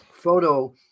Photo